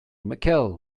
michelle